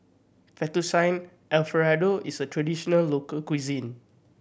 Fettuccine Alfredo is a traditional local cuisine